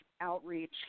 outreach